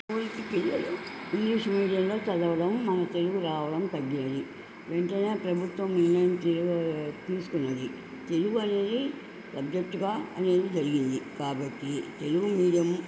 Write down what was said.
స్కూల్కి పిల్లలు ఇంగ్లీష్ మీడియంలో చదవడం మన తెలుగు రావడం తగ్గేది వెంటనే ప్రభుత్వం నిర్ణయం తీసుకున్నది తెలుగు అనేది సబ్జెక్ట్గా అనేది జరిగింది కాబట్టి తెలుగు మీడియం